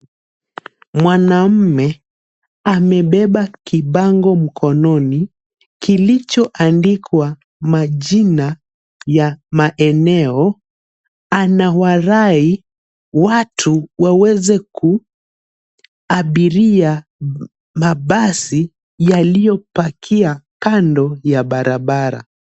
Mwanamume amebeba kibango mkononi kilichoandikwa majina ya maeneo. Anawarai watu waweze kuabiria mabasi yaliyopakia kando ya barabara.